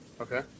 Okay